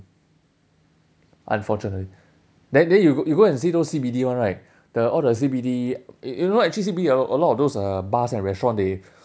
unfortunately then then you go you go and see those C_B_D [one] right the all the C_B_D you know actually C_B_D a lot of those uh bars and restaurants they